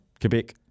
Quebec